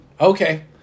Okay